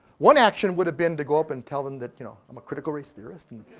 one action would have been to go up and tell them that you know i'm a critical race theorist and